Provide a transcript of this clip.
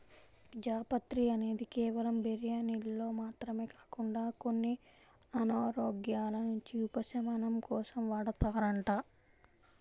జాపత్రి అనేది కేవలం బిర్యానీల్లో మాత్రమే కాకుండా కొన్ని అనారోగ్యాల నుంచి ఉపశమనం కోసం వాడతారంట